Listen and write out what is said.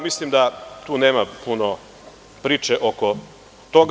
Mislim da tu nema punopriče oko toga.